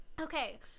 Okay